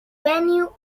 venue